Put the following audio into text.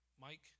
Mike